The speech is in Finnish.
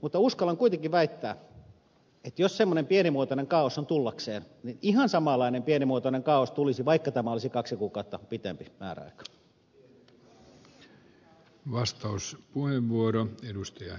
mutta uskallan kuitenkin väittää että jos semmoinen pienimuotoinen kaaos on tullakseen niin ihan samanlainen pienimuotoinen kaaos tulisi vaikka tämä olisi kaksi kuukautta pitempi määräaika